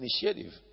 initiative